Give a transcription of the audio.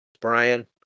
Brian